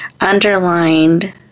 Underlined